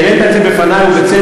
העלית את זה בפני ובצדק.